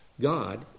God